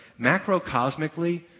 macrocosmically